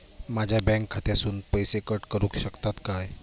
माझ्या बँक खात्यासून पैसे कट करुक शकतात काय?